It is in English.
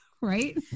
right